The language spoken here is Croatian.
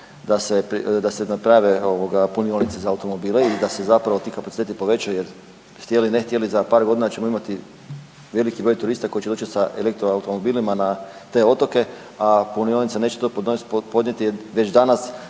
da se naprave ovoga punionice za automobile i da se zapravo ti kapaciteti povećaju jer htjeli ne htjeli za par godina ćemo imati veliki broj turista koji će doći sa elektroautomobilima na te otoke, a punionice neće to podnijeti jer već danas